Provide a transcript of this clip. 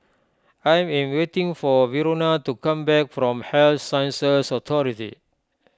I am waiting for Verona to come back from Health Sciences Authority